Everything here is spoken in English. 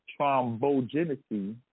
thrombogenesis